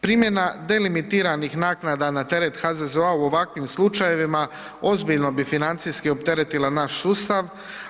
Primjena delimitiranih naknada na teret HZZO-a u ovakvim slučajevima ozbiljno bi financijski opteretila naš sustav.